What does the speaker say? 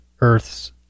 earth's